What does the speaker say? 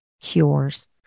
Cures